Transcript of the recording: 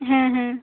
ᱦᱮᱸ ᱦᱮᱸ